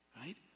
Right